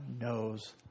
knows